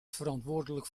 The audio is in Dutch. verantwoordelijk